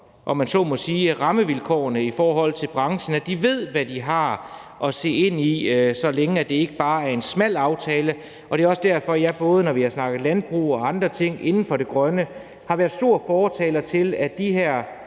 om man så må sige, styrker rammevilkårene i forhold til branchen, så de ved, hvad de har at se ind i, så længe det ikke bare er en smal aftale, og det er også derfor, at jeg, både når vi har snakket landbrug og andre ting inden for det grønne, har været stor fortaler for, at de her